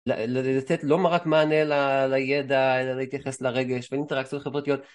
לתת לא רק מענה לידע, אלא להתייחס לרגש ולאינטראקציות חברתיות.